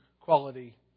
quality